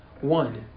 One